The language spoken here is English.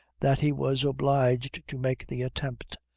that he was obliged to make the attempt,